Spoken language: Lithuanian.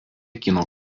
kino